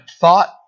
thought